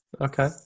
Okay